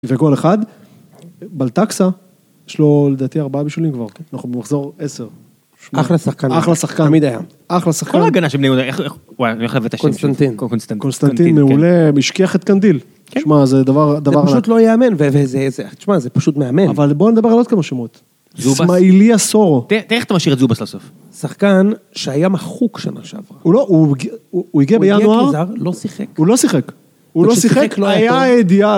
וגול אחד, בלטקסה, יש לו לדעתי ארבעה בישולים כבר. אנחנו במחזור עשר. אחלה שחקן. אחלה שחקן. תמיד היה. אחלה שחקן. כל ההגנה של בני יהודה, איך הוא היה.. קונסטנטין. קונסטנטין מעולה, השכיח את קנדיל. שמע, זה דבר... זה פשוט לא ייאמן, וזה... שמע, זה פשוט מאמן. אבל בוא נדבר על עוד כמה שמות. זובס. סמאיליה סורו. תראה איך אתה משאיר את זובס לסוף. שחקן שהיה מחוק שנה שעברה. הוא לא, הוא הגיע בינואר... הוא הגיע כזר, לא שיחק. הוא לא שיחק. הוא לא שיחק, היה אידיאל.